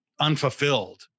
unfulfilled